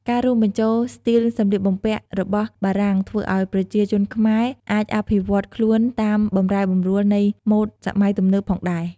ការរួមបញ្ចូលស្ទីលសម្លៀកបំពាក់របស់បារាំងធ្វើឱ្យប្រជាជនខ្មែរអាចអភិវឌ្ឍខ្លួនតាមបម្រែបម្រួលនៃម៉ូដសម័យទំនើបផងដែរ។